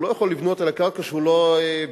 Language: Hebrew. הוא לא יכול לבנות על הקרקע כשהוא לא בעליה,